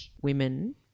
women